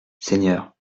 seigneur